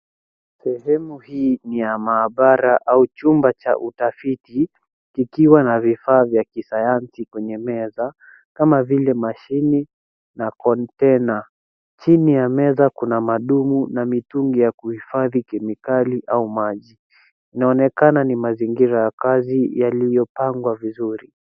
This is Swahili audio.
Sehemu hii ni ya maabara au chumba cha utafiti, kikiwa na vifaa vya kisayansi kwenye meza kama vile mashini na kontena. Chini ya meza kuna madumu na mitungi ya kuhifadhi kemikali au maji. Inaonekana ni mazingira ya kazi yaliyopangwa vizuri.